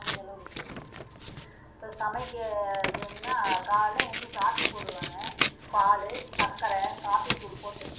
முடிஞ்சளவுக்கு இப்போ சமைக்கிறதுன்னா காலையில் ஏழுந்துச்சி காபி போடுவேங்க பால் சர்க்கரை காபி தூள் போட்டு